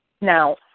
Now